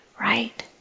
right